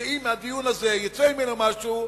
שאם מהדיון הזה יצא משהו,